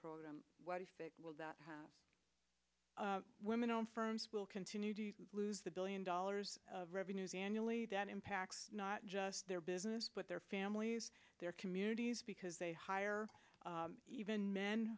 program what effect will that have women on firms will continue to lose the billion dollars of revenues annually that impacts not just their business but their families their communities because they hire even men